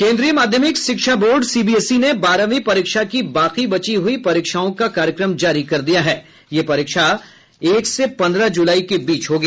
केन्द्रीय माध्यमिक शिक्षा बोर्ड सीबीएसई ने बारहवीं परीक्षा की बाकी बची हुईं परीक्षाओं का कार्यक्रम जारी कर दिया ये परीक्षाएं एक से पंद्रह जुलाई के बीच होंगी